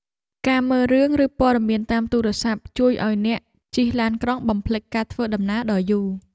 ការមើលរឿង ឬព័ត៌មានតាមទូរស័ព្ទជួយឱ្យអ្នកជិះឡានក្រុងបំភ្លេចការធ្វើដំណើរដ៏យូរ។